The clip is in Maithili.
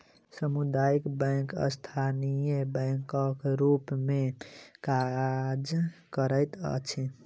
सामुदायिक बैंक स्थानीय बैंकक रूप मे काज करैत अछि